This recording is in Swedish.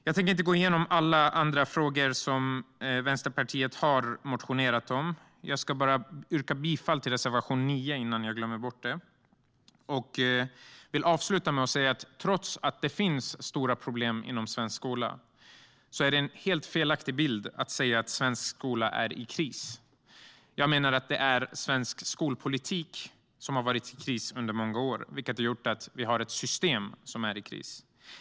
Jag tänker inte gå igenom alla andra frågor som Vänsterpartiet har motionerat om. Jag ska bara yrka bifall till reservation 9 innan jag glömmer det. Jag vill avsluta med att säga att trots att det finns stora problem inom svensk skola är det en helt felaktig bild att svensk skola är i kris. Jag menar att det är svensk skolpolitik som har varit i kris under många år, vilket har gjort att vi har ett system som är i kris.